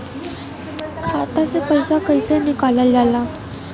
खाता से पैसा कइसे निकालल जाला?